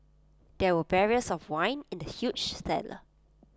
there were barrels of wine in the huge cellar